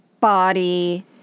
body